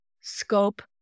scope